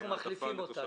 אנחנו מחליפים אותה.